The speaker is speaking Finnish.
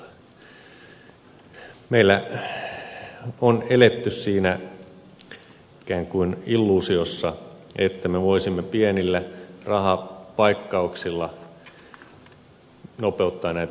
meillä on eletty siinä ikään kuin illuusiossa että me voisimme pienillä rahapaikkauksilla nopeuttaa oikeuskäsittelyjä